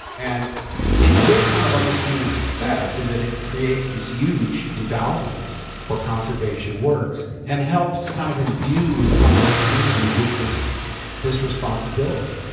and it's been a kind of undisputed success in that it creates this huge endowment for conservation works, and helps kind of imbue the hunting community with this this responsibility.